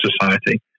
society